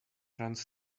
runs